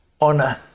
honor